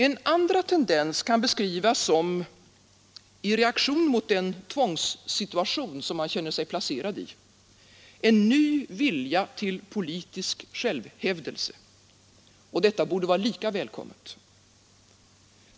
En andra tendens kan beskrivas som — i reaktion mot den tvångssituation som man känner sig placerad i — en ny vilja till politisk självhävdelse, och detta borde vara lika välkommet.